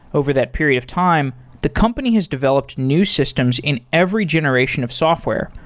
over that period of time, the company has developed new systems in every generation of software,